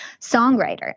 songwriter